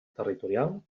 territorial